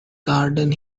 garden